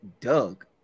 doug